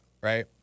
right